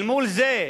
אל מול זה,